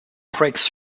breaks